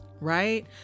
right